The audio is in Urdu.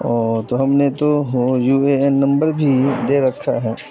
او تو ہم نے تو ہو یو اے این نمبر بھی دے رکھا ہے